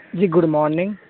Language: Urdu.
G good morning